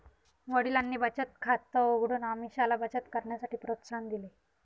वडिलांनी बचत खात उघडून अमीषाला बचत करण्यासाठी प्रोत्साहन दिले